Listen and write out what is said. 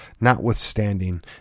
notwithstanding